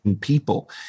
people